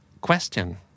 question